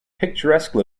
picturesque